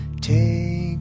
take